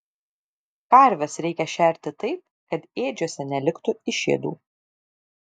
karves reikia šerti taip kad ėdžiose neliktų išėdų